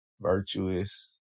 virtuous